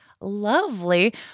lovely